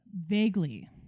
Vaguely